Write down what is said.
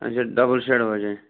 اَچھا double shade واجیٚن